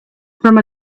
from